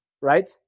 right